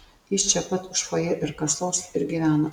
jis čia pat už fojė ir kasos ir gyveno